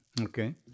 Okay